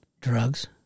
Drugs